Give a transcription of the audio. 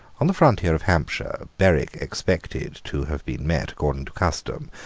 on the frontier of hampshire berwick expected to have been met, according to custom,